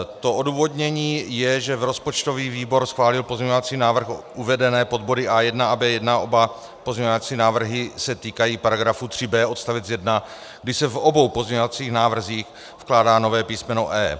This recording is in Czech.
To odůvodnění je, že rozpočtový výbor schválil pozměňovací návrhy uvedené pod body A1 a B1, oba pozměňovací návrhy se týkají § 3b odst. 1, kdy se v obou pozměňovacích návrzích vkládá nové písmeno e).